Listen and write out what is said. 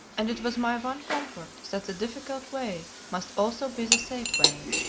and it was my one comfort that the difficult way must also be the safe way,